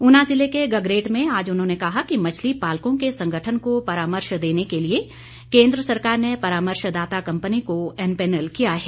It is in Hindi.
ऊ ना जिले के गगरेट में आज उन्होंने कहा कि मछली पालकों के संगठन को परामर्श देने के लिए केन्द्र सरकार ने परामर्श दाता कम्पनी को एम्पैनल किया है